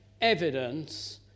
evidence